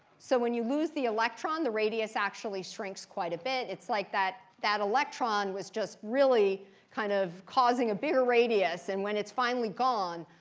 so when you lose the electron, the radius actually shrinks quite a bit. it's like that that electron was just really kind of causing a bigger radius. and when it's finally gone,